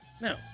No